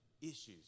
Issues